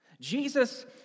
Jesus